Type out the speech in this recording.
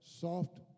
soft